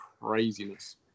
craziness